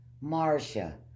Marcia